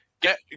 Get